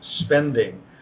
spending